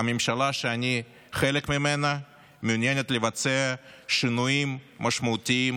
הממשלה שאני חלק ממנה מעוניינת לבצע שינויים משמעותיים,